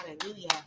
hallelujah